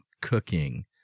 cooking